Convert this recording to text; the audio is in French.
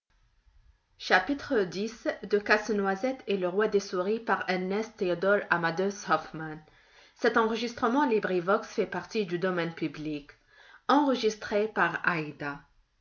poêle le roi des souris